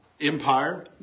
Empire